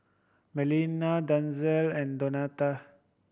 Marlena Denzel and Donta